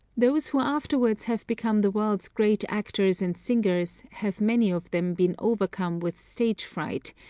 those who afterwards have become the world's great actors and singers have many of them been overcome with stage fright,